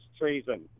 treason